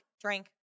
drink